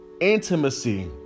intimacy